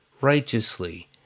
righteously